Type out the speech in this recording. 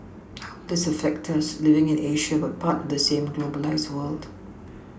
how this affect us living in Asia but part of the same globalised world